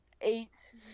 eight